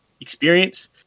experience